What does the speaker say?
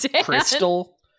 crystal